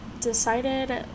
decided